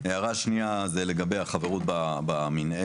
ההערה השנייה היא לגבי החברות במינהלת.